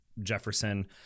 Jefferson